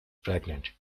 pregnant